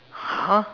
!huh!